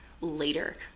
later